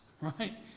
right